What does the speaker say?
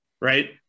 right